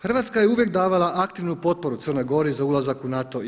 Hrvatska je uvijek davala aktivnu potporu Crnoj Gori za ulazak u NATO i EU.